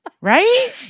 right